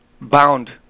bound